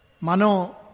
Mano